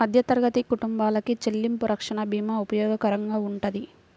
మధ్యతరగతి కుటుంబాలకి చెల్లింపు రక్షణ భీమా ఉపయోగకరంగా వుంటది